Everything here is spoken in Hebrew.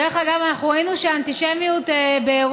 דרך אגב, אנחנו ראינו שהאנטישמיות באירופה,